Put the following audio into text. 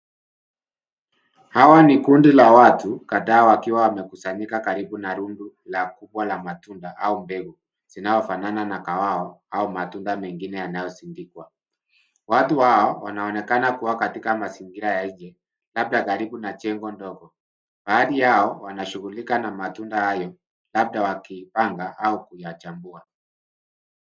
Hawa ni kundi la watu kadhaa wakiwa wamekusanyika karibu na rundo kubwa la matunda au mbegu zinalofanana na kahawa au matunda mengine yanayosindikwa. Watu hao wanaonekana kuwa katika mazingira ya nje labda karibu na jengo dogo. Baadhi yao wanashughulika na matunda hayo labda wakipanga au kuyachambua.